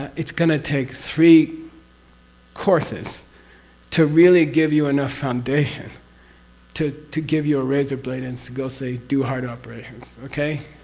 it's going to take three courses to really give you enough foundation to to give you a razor blade and to go say, do heart operations. okay?